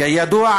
כידוע,